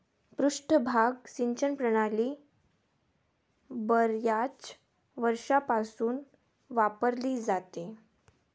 पृष्ठभाग सिंचन प्रणाली बर्याच वर्षांपासून वापरली जाते